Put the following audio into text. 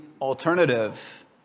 alternative